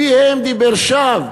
פיהם דיבר שווא,